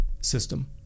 system